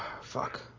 fuck